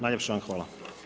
Najljepša vam hvala.